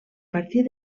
partir